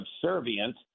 subservient